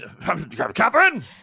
Catherine